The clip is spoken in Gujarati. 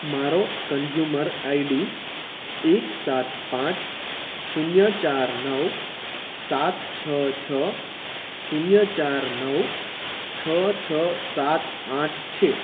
મારો કન્ઝ્યુમર આઇડી એક સાત પાંચ શૂન્ય ચાર નવ સાત છ છ શૂન્ય ચાર નવ છ છ સાત આઠ છે